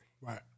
Right